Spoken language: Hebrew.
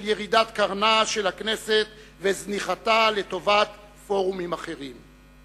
של ירידת קרנה של הכנסת וזניחתה לטובת פורומים אחרים.